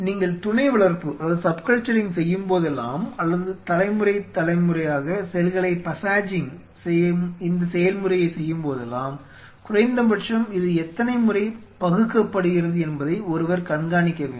நீங்கள் துணை வளர்ப்பு செய்யும் போதெல்லாம் அல்லது தலைமுறை தலைமுறையாக செல்களை பசாஜிங் செய்யும் இந்த செயல்முறையை செய்யும் போதெல்லாம் குறைந்தபட்சம் இது எத்தனை முறை பகுக்கப்படுகிறது என்பதை ஒருவர் கண்காணிக்க வேண்டும்